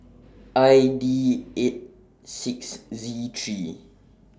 I D eight six Z three